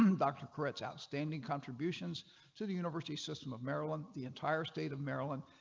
um doctor chris outstanding contributions to the university system of maryland the entire state of maryland,